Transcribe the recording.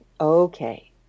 okay